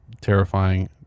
terrifying